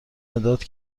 مداد